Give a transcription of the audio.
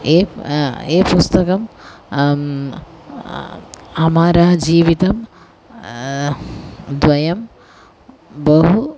ये ये पुस्तकं अमरा जीवितं द्वयं बहु